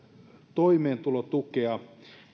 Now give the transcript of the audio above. toimeentulotukea